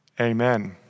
Amen